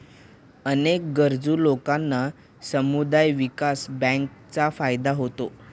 अनेक गरजू लोकांना समुदाय विकास बँकांचा फायदा होतो